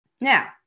Now